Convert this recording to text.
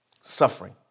suffering